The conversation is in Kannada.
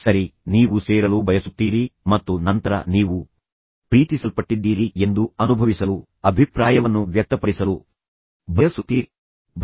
ಸರಿ ನೀವು ಸೇರಲು ಬಯಸುತ್ತೀರಿ ಮತ್ತು ನಂತರ ನೀವು ನೀವು ಪ್ರೀತಿಸಲ್ಪಟ್ಟಿದ್ದೀರಿ ಎಂದು ಅನುಭವಿಸಲು ಬಯಸುತ್ತೀರಿ ಮತ್ತು ನಂತರ ನೀವು ಯಾರನ್ನಾದರೂ ಪ್ರೀತಿಸಲು ಬಯಸುತ್ತೀರಿ ನೀವು ನಿಮ್ಮ ಅಭಿಪ್ರಾಯವನ್ನು ವ್ಯಕ್ತಪಡಿಸಲು ಬಯಸುತ್ತೀರಿ